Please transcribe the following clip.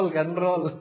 control